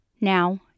Now